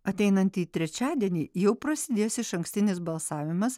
ateinantį trečiadienį jau prasidės išankstinis balsavimas